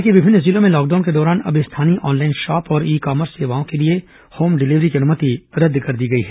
राज्य के विभिन्न जिलों में लॉकडाउन के दौरान अब स्थानीय ऑनलाइन शॉप और ई कॉमर्स सेवाओं के लिए होम डिलीवरी की अनुमति रद्द कर दी गई है